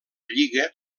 lliga